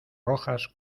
rojas